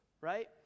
right